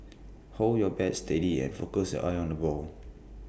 hold your bat steady and focus your eyes on the ball